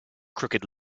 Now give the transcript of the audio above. crooked